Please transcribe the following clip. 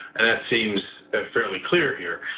and that seems fairly clear here.